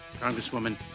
Congresswoman